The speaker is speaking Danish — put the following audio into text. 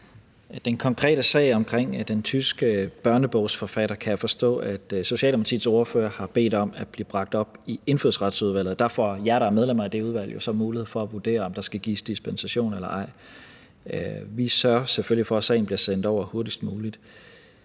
Den konkrete sag om den tyske børnebogsforfatter kan jeg forstå at Socialdemokratiets ordfører har bedt om at få bragt op i Indfødsretsudvalget, og der får jer, der er medlemmer af det udvalg, jo så mulighed for at vurdere, om der skal gives dispensation eller ej. Vi sørger selvfølgelig for, at sagen bliver sendt over hurtigst muligt.